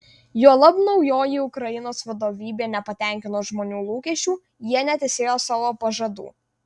juolab naujoji ukrainos vadovybė nepatenkino žmonių lūkesčių jie netesėjo savo pažadų